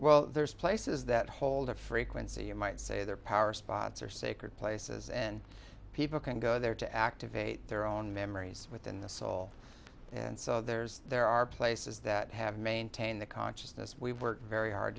well there's places that hold a frequency you might say their power spots are sacred places and people can go there to activate their own memories within the soul and so there's there are places that have maintained the consciousness we work very hard